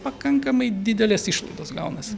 pakankamai didelės išlaidos gaunasi